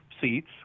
seats